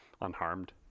unharmed